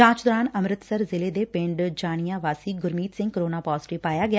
ਜਾਂਚ ਦੌਰਾਨ ਅੰਮ੍ਤਿਤਸਰ ਜ਼ਿਲ੍ਹੇ ਦੇ ਪਿੰਡ ਜਾਣੀਆਂ ਵਾਸੀ ਗੁਰਮੀਤ ਸਿੰਘ ਕੋਰੋਨਾ ਪਾਜ਼ੇਟਿਵ ਪਾਇਆ ਗਿਆ